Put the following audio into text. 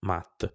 Matt